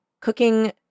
cooking